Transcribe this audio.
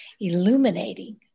illuminating